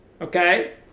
okay